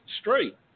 straight